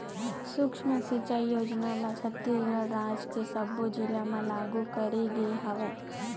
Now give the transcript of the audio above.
सुक्ष्म सिचई योजना ल छत्तीसगढ़ राज के सब्बो जिला म लागू करे गे हवय